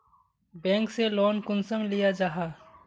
Bank से loan कुंसम लिया जाहा?